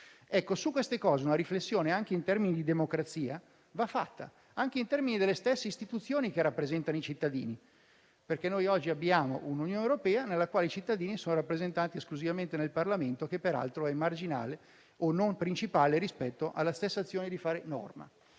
tedesco. Su queste cose una riflessione va fatta in termini di democrazia e anche in termini delle stesse istituzioni che rappresentano i cittadini. Noi, infatti, oggi abbiamo un'Unione europea nella quale i cittadini sono rappresentati esclusivamente nel Parlamento, che peraltro è marginale o non principale rispetto alla stessa azione di fare norma.